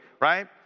right